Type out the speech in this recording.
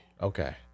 Okay